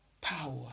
power